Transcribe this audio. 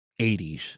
80s